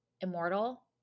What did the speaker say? immortal